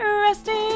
resting